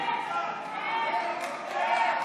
(חבר הכנסת יאיר גולן יוצא מאולם המליאה.)